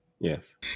yes